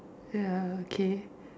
ya okay